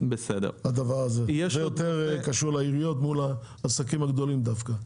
זה קשור יותר לעיריות מול העסקים הגדולים דווקא.